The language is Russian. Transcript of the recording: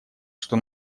что